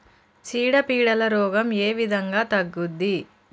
చీడ పీడల రోగం ఏ విధంగా తగ్గుద్ది?